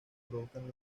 provocan